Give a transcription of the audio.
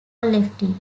lefty